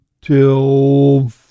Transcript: till